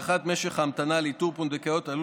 והארכת משך ההמתנה לאיתור פונדקאיות עלול